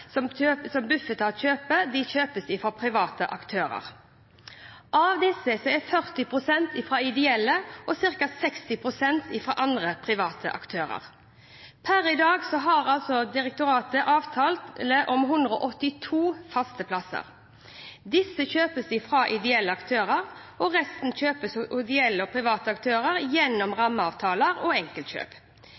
som Bufetat kjøper, blitt kjøpt fra private aktører. Av disse er ca. 40 pst. fra ideelle og ca. 60 pst. fra andre private aktører. Per i dag har altså Bufdir avtale om 182 faste plasser. Disse kjøpes fra ideelle aktører, og resten kjøpes fra ideelle og private aktører gjennom rammeavtaler og enkeltkjøp.